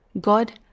God